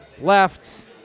left